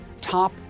top